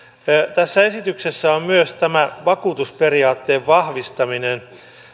tässä esityksessä on myös tämä vakuutusperiaatteen vahvistaminen